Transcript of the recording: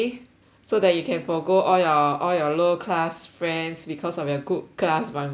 so that you can forgo all your all your low class friends because of your good class bungalow